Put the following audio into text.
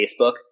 Facebook